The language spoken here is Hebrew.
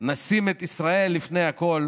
נשים את ישראל לפני הכול